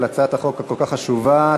על הצעת החוק הכל-כך חשובה.